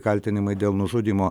kaltinimai dėl nužudymo